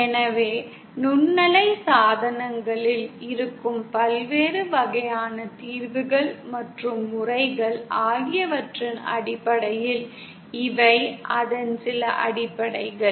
எனவே நுண்ணலை சாதனங்களில் இருக்கும் பல்வேறு வகையான தீர்வுகள் மற்றும் முறைகள் ஆகியவற்றின் அடிப்படையில் இவை அதன் சில அடிப்படைகள்